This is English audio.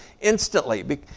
instantly